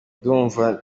ndumva